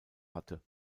hatte